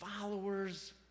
followers